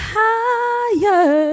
higher